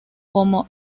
como